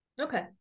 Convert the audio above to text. Okay